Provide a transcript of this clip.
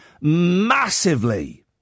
massively